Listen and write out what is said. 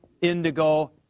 indigo